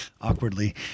awkwardly